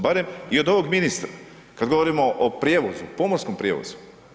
Barem, i od ovog ministra, kad govorimo o prijevozu, pomorskom prijevozu.